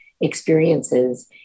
experiences